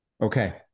Okay